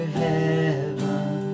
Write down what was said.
heaven